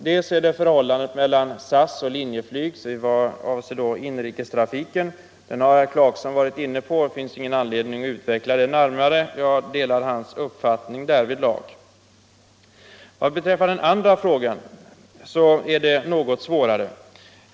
Den första gäller förhållandet mellan SAS och Linjeflyg i vad avser inrikestrafiken. Detta har herr Clarkson redan varit inne på, och jag delar hans uppfattning. Den andra frågan är något svårare.